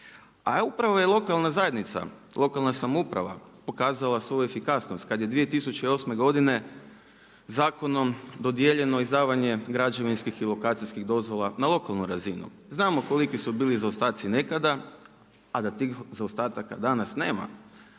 A upravo je lokalna zajednica, lokalna samouprava pokazala svoju efikasnost kad je 2008. godine zakonom dodijeljeno izdavanje građevinskih i lokacijskih dozvola na lokalnoj razini. Znamo koliki su bili zaostaci nekada, a da tih zaostataka danas nema.